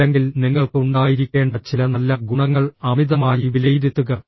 അല്ലെങ്കിൽ നിങ്ങൾക്ക് ഉണ്ടായിരിക്കേണ്ട ചില നല്ല ഗുണങ്ങൾ അമിതമായി വിലയിരുത്തുക